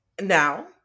Now